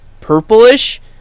purplish